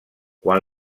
quan